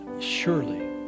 surely